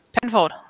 Penfold